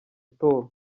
atowe